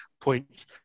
points